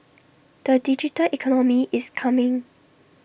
the digital economy is coming